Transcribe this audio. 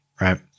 right